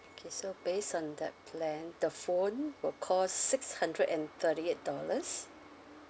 okay so based on that plan the phone will cost six hundred and thirty eight dollars